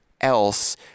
else